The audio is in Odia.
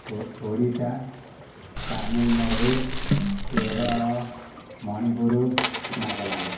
ଓ ଓଡ଼ିଶା ତାମିଲନାଡ଼ୁ କେରଳ ମଣିପୁର ନାଗାଲାଣ୍ଡ୍